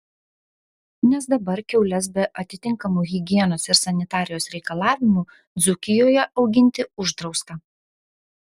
nes dabar kiaules be atitinkamų higienos ir sanitarijos reikalavimų dzūkijoje auginti uždrausta